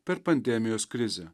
per pandemijos krizę